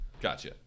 Gotcha